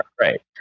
right